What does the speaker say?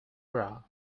bra